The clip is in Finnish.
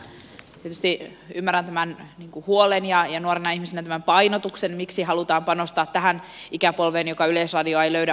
tietysti ymmärrän tämän huolen ja nuorena ihmisenä tämän painotuksen miksi halutaan panostaa tähän ikäpolveen joka yleisradiota ei löydä omakseen